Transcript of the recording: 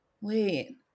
Wait